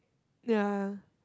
ya